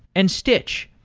and stitch.